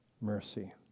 mercy